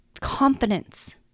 confidence